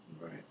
Right